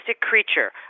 creature